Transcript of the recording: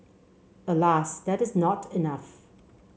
alas that is not enough